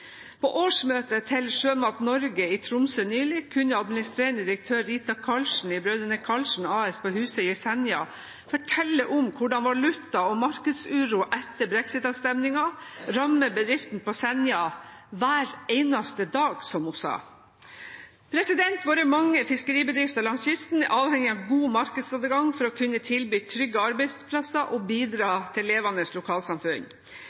På årsmøtet til Sjømat Norge i Tromsø nylig kunne administrerende direktør Rita Karlsen i Brødrene Karlsen AS på Husøy i Senja fortelle om hvordan valuta og markedsuro etter brexit-avstemningen rammer bedriften på Senja – hver eneste dag, som hun sa. Våre mange fiskeribedrifter langs kysten er avhengig av god markedsadgang for å kunne tilby trygge arbeidsplasser og bidra til levende lokalsamfunn.